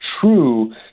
true